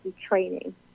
training